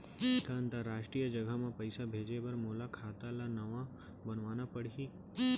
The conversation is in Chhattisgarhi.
का अंतरराष्ट्रीय जगह म पइसा भेजे बर मोला खाता ल नवा बनवाना पड़ही?